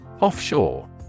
Offshore